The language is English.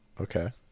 okay